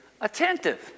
attentive